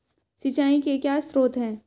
सिंचाई के क्या स्रोत हैं?